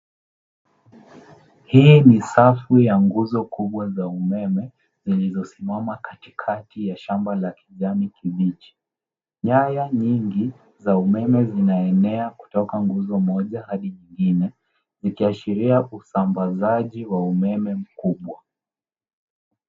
Hii ni safu ya nguzo kubwa za umeme zilizosimama katikati ya shamba la kijani kibichi. Nyaya nyingi za umeme zinaenea kutoka nguzo moja adi nyingine likiashiria usambazaji wa umeme mkubwa.